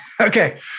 Okay